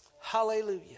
Hallelujah